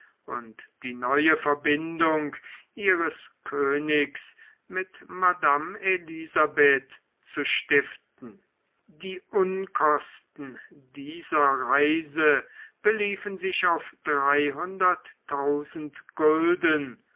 und die neue verbindung ihres königs mit madame elisabeth zu stiften die unkosten dieser reise beliefen sich auf dreihunderttausend gulden